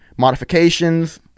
modifications